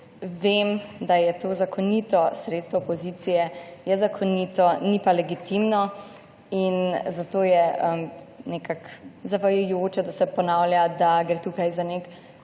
vem, da je to zakonito sredstvo opozicije, ni pa legitimno. Zato je nekako zavajajoče, da se ponavlja, da gre tukaj za nek